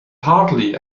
hardly